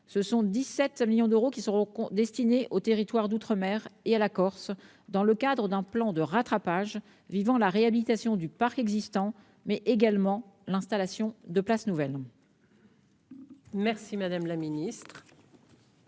cours : 17 millions d'euros seront ainsi destinés aux territoires d'outre-mer et à la Corse dans le cadre d'un plan de rattrapage visant à la réhabilitation du parc existant, mais également à l'installation de places nouvelles. La parole est